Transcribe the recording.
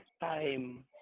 time